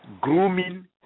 grooming